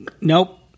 nope